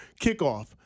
kickoff